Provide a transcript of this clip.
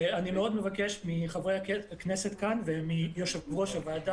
ואני מאוד מבקש מחברי הכנסת כאן ומיושב-ראש הוועדה